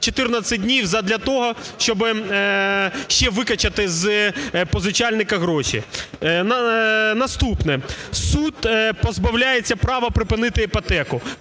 того, щоб ще викачати з позичальника гроші. Наступне. Суд позбавляється права припинити іпотеку.